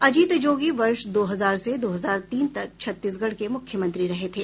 अजित जोगी वर्ष दो हजार से दो हजार तीन तक छत्तीसगढ़ के मुख्यमंत्री रहे थे